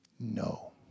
No